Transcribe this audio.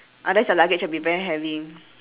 unless your luggage will be very heavy